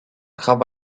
have